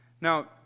Now